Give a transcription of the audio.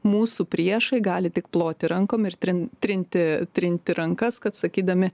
mūsų priešai gali tik ploti rankom ir trin trinti trinti rankas kad sakydami